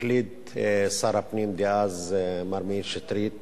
החליט שר הפנים דאז מר מאיר שטרית